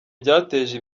byateje